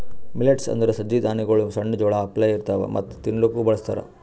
millets ಅಂದುರ್ ಸಜ್ಜಿ ಧಾನ್ಯಗೊಳ್ ಸಣ್ಣ ಜೋಳ ಅಪ್ಲೆ ಇರ್ತವಾ ಮತ್ತ ತಿನ್ಲೂಕ್ ಬಳಸ್ತಾರ್